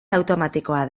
automatikoa